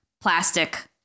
plastic